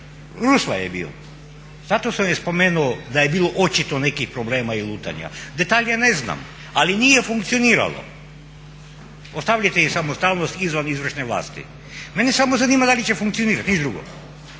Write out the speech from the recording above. rusvaj je bio. Zato sam je spomenuo da je bilo očito nekih problema i lutanja. Detalje ne znam, ali nije funkcioniralo. Ostavljajte i samostalnost izvan izvršne vlasti. Mene samo zanima da li će funkcionirati, ništa drugo.